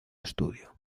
estudio